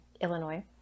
Illinois